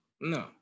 No